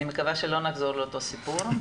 אני מקווה שלא נחזור לאותו סיפור.